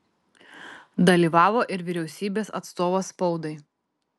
dalyvavo ir vyriausybės atstovas spaudai